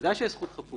בוודאי שיש זכות חפות.